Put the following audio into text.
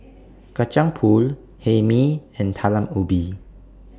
Kacang Pool Hae Mee and Talam Ubi